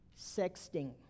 sexting